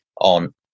on